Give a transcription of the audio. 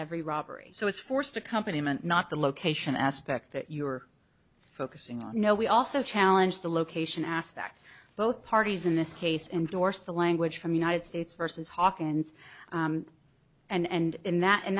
every robbery so it's forced a company man not the location aspect that you are focusing on no we also challenge the location aspect both parties in this case indorse the language from united states versus hawkins and in that in